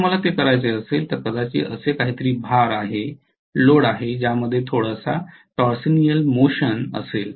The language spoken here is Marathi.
जर मला ते करायचे असेल तर कदाचित असे काहीतरी भार आहे ज्यामध्ये थोडासा टॉर्सोनियल मोशन असेल